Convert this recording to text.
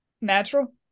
natural